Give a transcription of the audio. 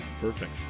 Perfect